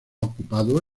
ocupado